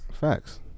Facts